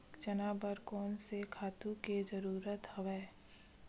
चना बर कोन से खातु के जरूरत हवय?